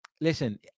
Listen